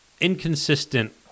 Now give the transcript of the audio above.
inconsistent